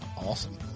Awesome